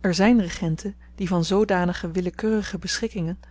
er zyn regenten die van zoodanige willekeurige beschikkingen